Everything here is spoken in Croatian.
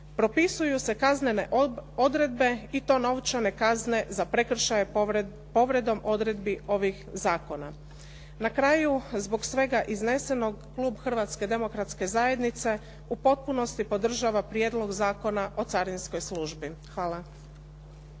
Propisuju se kaznene odredbe i to novčane kazne za prekršaje povredom odredbi ovih zakona. Na kraju zbog svega iznesenog klub Hrvatske Demokratske Zajednice u potpunosti podržava Prijedlog zakona o carinskoj službi. Hvala.